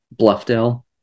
Bluffdale